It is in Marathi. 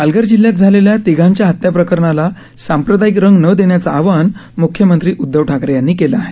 पालघर जिल्ह्यात झालेल्या तिघांच्या हत्या प्रकरणाला सांप्रदायिक रंग न देण्याचं आवाहन म्ख्यमंत्री उदधव ठाकरे यांनी केलं आहे